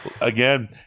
again